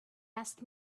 asked